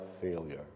failure